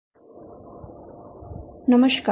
શુભ બપોર